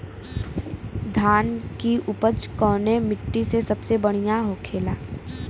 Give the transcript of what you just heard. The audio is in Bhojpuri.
धान की उपज कवने मिट्टी में सबसे बढ़ियां होखेला?